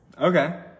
okay